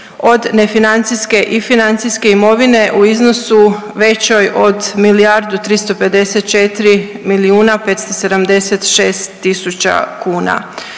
od nefinancijske i financijske imovine u iznosu većoj od milijardu